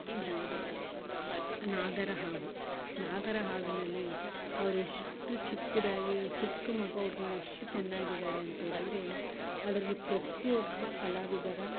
ಇದು ಯಾವುದು ಇಲ್ಲ ನಾಗರ ಹಾವು ನಾಗರ ಹಾವಿನಲಿ ಅವ್ರ ಎಷ್ಟು ಚಿಕ್ಕದಾಗಿ ಚಿಕ್ಕ ಎಷ್ಟು ಚೆನ್ನಾಗಿದಾರೆ ಅಂತೇಳಿದರೆ ಅದ್ರಲ್ಲಿ ಪ್ರತಿಯೊಬ್ಬ ಕಲಾವಿದರ